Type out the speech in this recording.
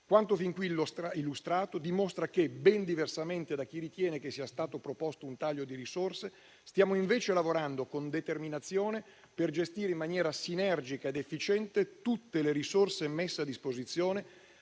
Quanto fin qui illustrato dimostra che, ben diversamente da chi ritiene che sia stato proposto un taglio di risorse, stiamo invece lavorando con determinazione per gestire in maniera sinergica ed efficiente tutte quelle messe a disposizione,